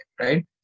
right